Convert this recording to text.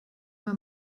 man